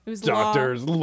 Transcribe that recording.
Doctors